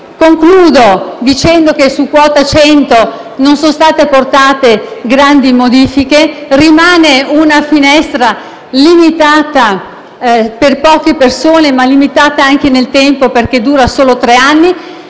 Concludo dicendo che su quota 100 non sono state apportate grandi modifiche. Rimane una finestra limitata per poche persone e anche nel tempo, perché dura solo tre anni.